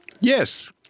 Yes